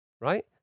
Right